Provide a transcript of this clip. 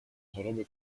choroby